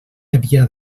havia